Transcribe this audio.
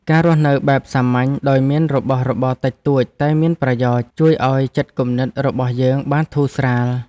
ការរស់នៅបែបសាមញ្ញដោយមានរបស់របរតិចតួចតែមានប្រយោជន៍ជួយឱ្យចិត្តគំនិតរបស់យើងបានធូរស្រាល។